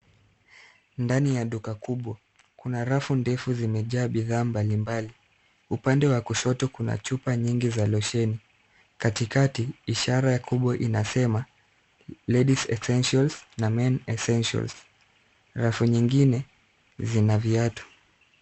Ndani ya duka kubwa kuna rafu ndefu zimejaa bidhaa mbalimbali. Upande wa kushoto kuna chupa nyingi za [cs ] loshoni[cs ]. Katikati ishara kubwa inasema [cs ] Lady's essentials na men essentials[cs ]. Rafu zingine zina viatu.